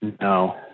No